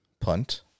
punt